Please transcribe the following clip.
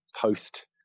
post